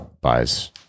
buys